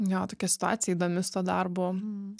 jo tokia situacija įdomi su tuo darbu